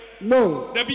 No